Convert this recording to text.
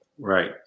Right